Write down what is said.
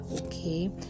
Okay